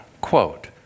quote